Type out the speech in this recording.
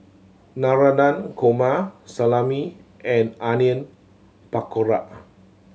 Navratan Korma Salami and Onion Pakora